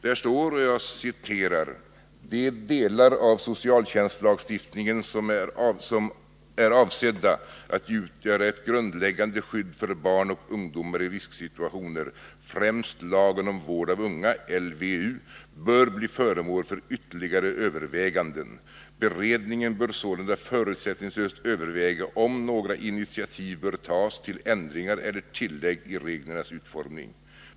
Där står: ”De delar av socialtjänstlagstiftningen som är avsedda att utgöra ett grundläggande skydd för barn och ungdomar i risksituationer, främst lagen om vård av unga bör bli föremål för ytterligare överväganden. Beredningen bör sålunda förutsättningslöst överväga om några initiativ bör tas till ändringar eller tillägg i reglernas utformning.